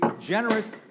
generous